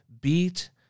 beat